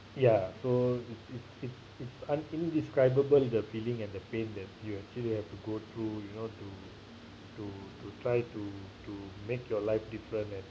ya so it's it's it's it's un~ indescribable the feeling and the pain that you actually have to go through you know to to to try to to make your life different and